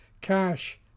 cash